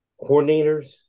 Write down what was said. coordinators